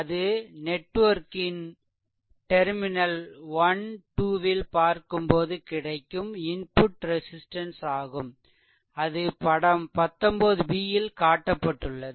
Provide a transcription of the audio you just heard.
அது நெட்வொர்க்கின் டெர்மினல் 12 ல் பார்க்கும்போது கிடைக்கும் இன்புட் ரெசிஸ்டன்ஸ் ஆகும் அது படம் 19 b ல் காட்டப்பட்டுள்ளது